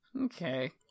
Okay